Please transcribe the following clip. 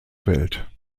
welt